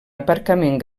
aparcament